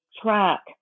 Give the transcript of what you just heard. track